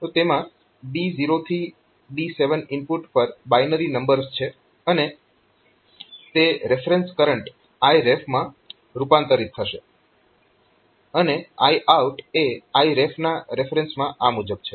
તો તેમાં D0 થી D7 ઇનપુટ પર બાઈનરી નંબર્સ છે અને તે રેફરેન્સ કરંટ Iref માં રૂપાંતરીત થશે અને Iout એ Iref ના રેફરેન્સમાં આ મુજબ છે